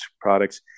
products